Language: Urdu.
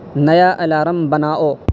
نیا الارم بناؤ